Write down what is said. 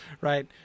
right